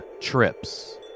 trips